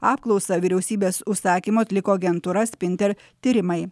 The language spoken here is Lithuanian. apklausą vyriausybės užsakymu atliko agentūra spinter tyrimai